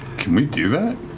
can we do that?